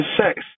sex